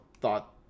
thought